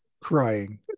crying